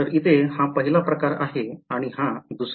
तर इथे हा पहिला प्रकार आहे आणि हा दुसरा